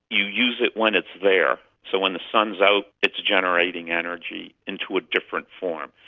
you use it when it's there. so when the sun is out it's generating energy into a different form.